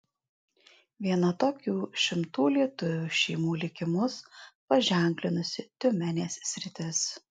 viena tokių šimtų lietuvių šeimų likimus paženklinusi tiumenės sritis